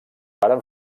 varen